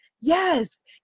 Yes